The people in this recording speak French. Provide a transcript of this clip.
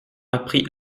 appris